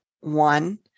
one